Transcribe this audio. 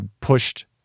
pushed